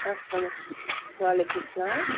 اَلسلامُ علیکُم وعلیکُم سلام